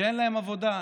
שאין להם עבודה.